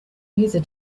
user